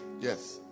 Yes